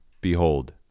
Behold